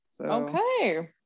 Okay